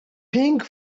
pink